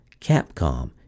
Capcom